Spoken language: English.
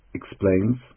explains